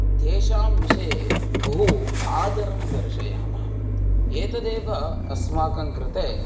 तेषां विषये बहु आदरं दर्शयामः एतदेव अस्मांकं कृते